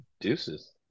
Deuces